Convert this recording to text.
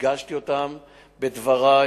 הדגשתי אותם בדברי,